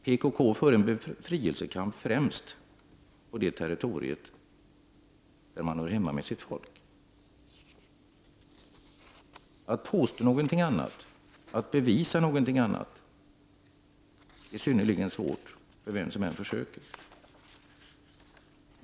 Och PKK för en befrielsekamp främst på det territorium där man hör hemma med sitt folk. Att påstå någonting annat — och att bevisa någonting annat — är synnerligen svårt för vem som än försöker.